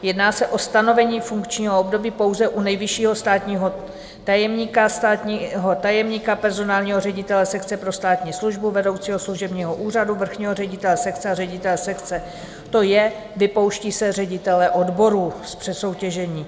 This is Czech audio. Jedná se o stanovení funkčního období pouze u nejvyššího státního tajemníka, státního tajemníka, personálního ředitele sekce pro státní službu, vedoucího služebního úřadu, vrchního ředitele sekce a ředitele sekce, to je, vypouští se ředitelé odborů z přesoutěžení.